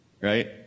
right